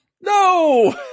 No